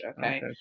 Okay